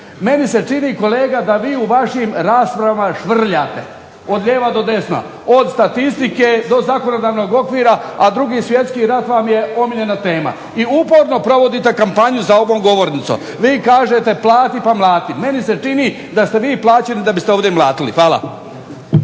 Meni se čini kolega da vi u vašim raspravama švrljate od lijeva do desna, od statistike do zakonodavnog okvira, a 2. svjetski rat vam je omiljena tema. I uporno provodite kampanju za ovom govornicom. Vi kažete plati pa mlati. Meni se čini da ste vi plaćeni da biste ovdje mlatili. Hvala.